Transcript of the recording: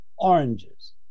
oranges